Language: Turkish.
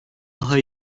daha